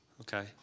Okay